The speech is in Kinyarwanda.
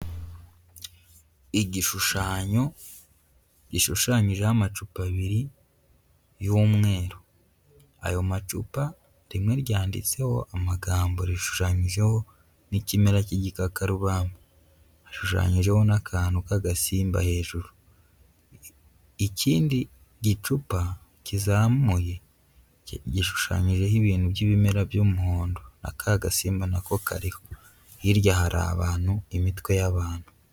Igishushanyo gishushanyijeho amacupa abiri y'umweru ayo macupa rimwe ryanditseho amagambo rishushanyijeho n'ikimera cy'igikakarubamba, ashushanyijeho n'akantu k'agasimba hejuru, ikindi gicupa kizamuye gishushanyijeho ibintu by'ibimera by'umuhondo aka gasimba nako kariho hirya hari abantu imitwe y'abantu.